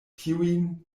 tiujn